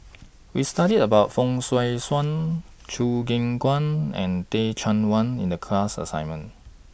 We studied about Fong Swee Suan Choo Keng Kwang and Teh Cheang Wan in The class assignment